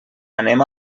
anem